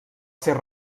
ser